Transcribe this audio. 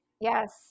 Yes